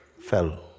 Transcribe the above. fell